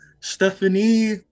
Stephanie